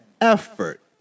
effort